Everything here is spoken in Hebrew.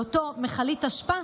לאותה מכלית אשפה,